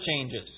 changes